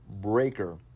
Breaker